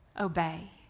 obey